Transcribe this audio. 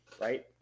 Right